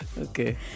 Okay